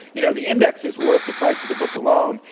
you know, the index is worth the price of the book alone.